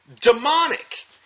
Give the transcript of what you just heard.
demonic